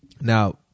now